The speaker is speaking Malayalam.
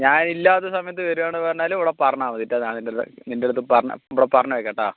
ഞാനില്ലാത്ത സമയത്ത് വരികയാണെന്ന് പറഞ്ഞാല് ഇവിടെ പറഞ്ഞാൽ മതി കേട്ടോ ഞാനുണ്ടല്ലോ നിന്റടുത്ത് ഇവിടെ പറഞ്ഞാൽ മതി കേട്ടോ